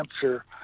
cancer